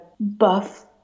buff